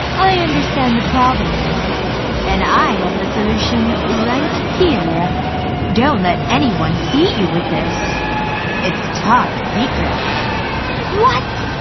i understand the problem and i have the solution right here don't let anyone see you with this it's top secret what!